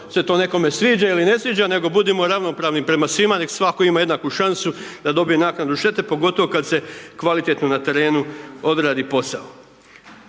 se to nekome sviđa ili ne sviđa, nego budimo ravnopravni prema svima, nek svatko ima jednaku šansu da dobije naknadu štete, pogotovo kad se kvalitetno na terenu odradi posao.